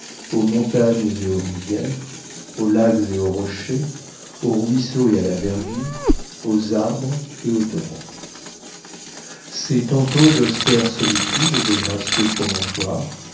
aux montagnes et aux rivières aux lacs et aux rochers aux ruisseaux et à la verdure aux arbres et aux torrents c'est tantôt d'austères solitudes et de gracieux promontoires